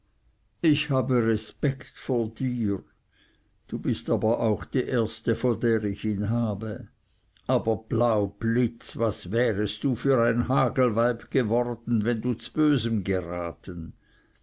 ich habe respekt vor dir du bist aber auch die erste vor der ich ihn habe aber blau blitz was wärest du für ein hagelweib geworden wenn du zbösem geraten